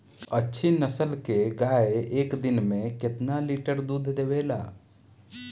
अच्छी नस्ल क गाय एक दिन में केतना लीटर दूध देवे ला?